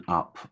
up